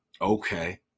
Okay